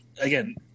again